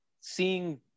seeing